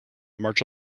march